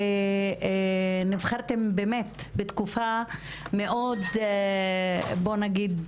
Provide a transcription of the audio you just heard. נבחרתם בוא נגיד